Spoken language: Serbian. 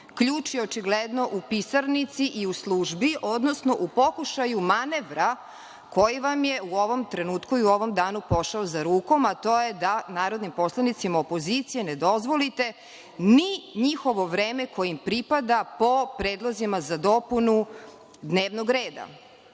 Ključ je očigledno u pisarnici i u službi, odnosno u pokušaju manevra koji vam je u ovom trenutku i u ovom danu pošao za rukom, a to je da narodni poslanicima opozicije ne dozvolite ni njihovo vreme koje im pripada po predlozima za dopunu dnevnog reda. Znam